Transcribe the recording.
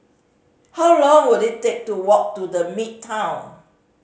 how long will it take to walk to The Midtown